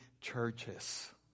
churches